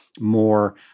more